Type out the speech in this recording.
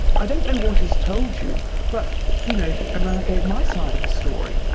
i don't know what he's told you but you know and then i gave my side of the story.